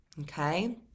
okay